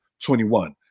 21